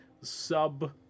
sub